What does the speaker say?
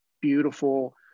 Beautiful